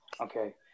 okay